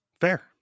fair